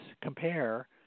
compare